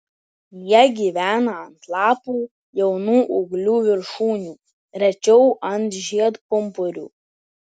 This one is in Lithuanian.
jie gyvena ant lapų jaunų ūglių viršūnių rečiau ant žiedpumpurių